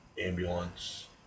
ambulance